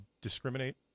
discriminate